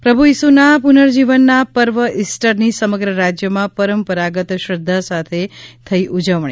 પ્રભુ ઇસુના પુનર્જીવનના પર્વ ઇસ્ટરની સમગ્ર રાજયમાં પરંપરાગત શ્રધ્ધા સાથે થઇ ઉજવણી